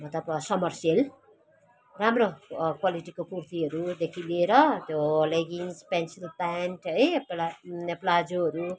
मतलब summer sale राम्रो क्वालिटीको कुर्थीहरूदेखि लिएर त्यो लेगिन्स पेन्सिल पेन्ट है प्ला प्लाजोहरू